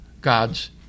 God's